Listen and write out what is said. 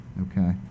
Okay